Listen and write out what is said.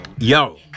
Yo